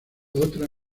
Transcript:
otra